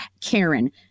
Karen